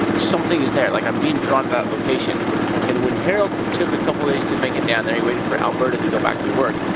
something is there. like i'm being drawn to that location. and when harold took a couple days to make it down there, he waited for alberta to go back to work,